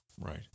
Right